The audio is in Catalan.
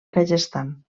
kazakhstan